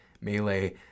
Melee